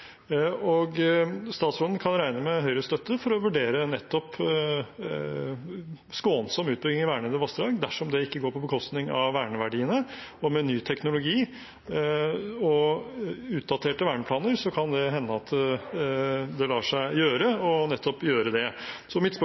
Statsråden kan regne med Høyres støtte for å vurdere nettopp skånsom utbygging i vernede vassdrag dersom det ikke går på bekostning av verneverdiene. Med ny teknologi og utdaterte verneplaner kan det hende at det lar seg gjøre å gjøre nettopp det. Mitt